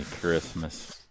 Christmas